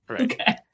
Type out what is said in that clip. okay